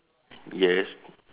yes